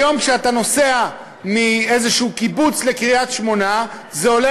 היום כשאתה נוסע מאיזה קיבוץ לקריית-שמונה זה עולה